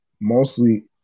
mostly